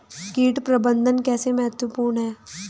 कीट प्रबंधन कैसे महत्वपूर्ण है?